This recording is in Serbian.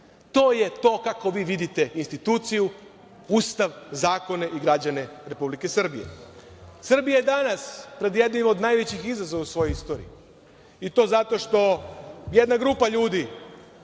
To je to kako vi vidite instituciju, Ustav, zakone i građane Republike Srbije. Srbija je danas pred jednim od najvećih izazova u svojoj istoriji i to zato što jedna grupa ljudi,